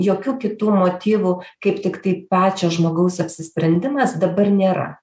jokių kitų motyvų kaip tik tai pačio žmogaus apsisprendimas dabar nėra